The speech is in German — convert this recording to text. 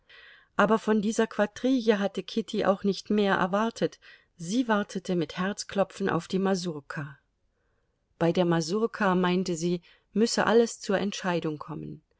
aber von dieser quadrille hatte kitty auch nicht mehr erwartet sie wartete mit herzklopfen auf die masurka bei der masurka meinte sie müsse alles zur entscheidung kommen